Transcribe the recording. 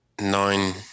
nine